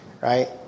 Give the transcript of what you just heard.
Right